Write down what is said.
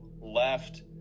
left